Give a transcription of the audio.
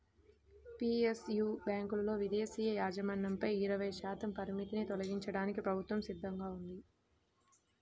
PSU బ్యాంకులలో విదేశీ యాజమాన్యంపై ఇరవై శాతం పరిమితిని తొలగించడానికి ప్రభుత్వం సిద్ధంగా ఉంది